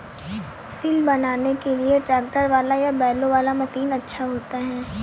सिल बनाने के लिए ट्रैक्टर वाला या बैलों वाला मशीन अच्छा होता है?